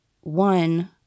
one